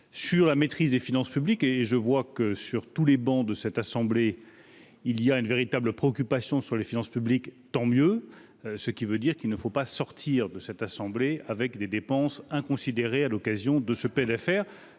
sur la maîtrise des finances publiques et je vois que sur tous les bancs de cette assemblée, il y a une véritable préoccupation sur les finances publiques, tant mieux, ce qui veut dire qu'il ne faut pas sortir de cette assemblée, avec des dépenses inconsidérées, à l'occasion de ce PLFR